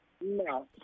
No